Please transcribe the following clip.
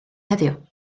heddiw